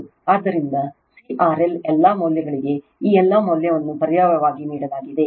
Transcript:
ಆದ್ದರಿಂದ C RLಎಲ್ಲಾ ಮೌಲ್ಯಗಳಿಗೆ ಈ ಎಲ್ಲಾ ಮೌಲ್ಯವನ್ನು ಪರ್ಯಾಯವಾಗಿ ನೀಡಲಾಗುತ್ತದೆ